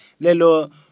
Lelo